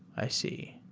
i see.